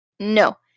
No